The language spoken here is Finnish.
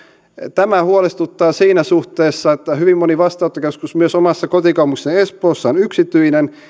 tämä huolestuttaa siinä suhteessa että hyvin moni vastaanottokeskus myös omassa kotikaupungissani espoossa on yksityinen